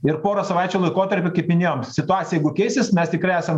ir porą savaičių laikotarpy kaip minėjom situacija keisis mes tikrai esam